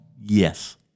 Yes